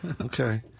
Okay